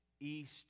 east